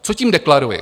Co tím deklaruji?